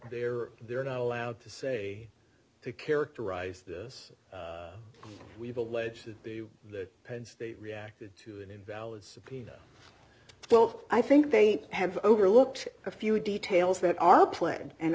they're they're not allowed to say to characterize this we've alleged that penn state reacted to an invalid subpoena well i think they have overlooked a few details that are planned and